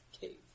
cave